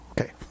okay